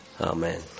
Amen